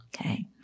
okay